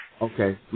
Okay